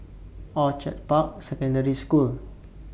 Orchid Park Secondary School